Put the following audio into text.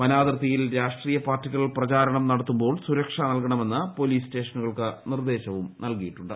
വനാതിർത്തിയിൽ രാഷ്ട്രീയപാർട്ടികൾ പ്രചാരണം നടത്തുമ്പോൾ സുരക്ഷ നൽകണമെന്ന് പോലീസ് സ്റ്റേഷനുകൾക്ക് നിർദ്ദേശവും നൽകിയിട്ടുണ്ട്